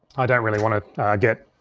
i don't really wanna get,